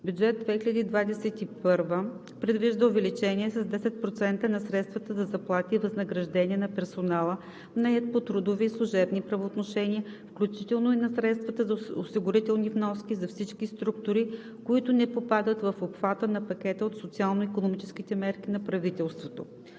Бюджет 2021 предвижда увеличение с 10% на средствата за заплати и възнаграждения на персонала, нает по трудови и служебни правоотношения, включително и на средствата за осигурителни вноски за всички структури, които не попадат в обхвата на пакета от социално-икономическите мерки на правителството.